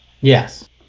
Yes